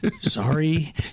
sorry